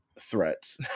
threats